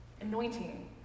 Anointing